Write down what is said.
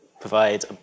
provide